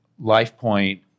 LifePoint